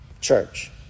church